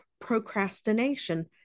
procrastination